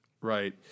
right